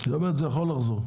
זאת אומרת, זה יכול לחזור.